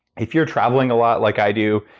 if you're traveling a lot like i do,